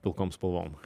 pilkom spalvom